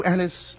Alice